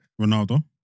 Ronaldo